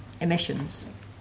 emissions